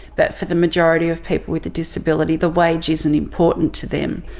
but for the majority of people with a disability the wage isn't important to them.